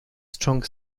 strong